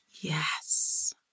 Yes